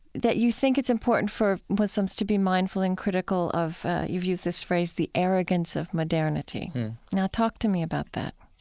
that you think it's important for muslims to be mindful and critical of you've used this phrase-'the arrogance of modernity now talk to me about that